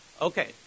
Okay